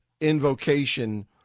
invocation